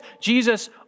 Jesus